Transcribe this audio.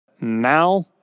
Now